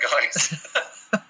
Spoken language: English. guys